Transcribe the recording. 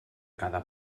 cada